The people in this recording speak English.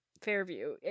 Fairview